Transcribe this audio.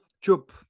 Chup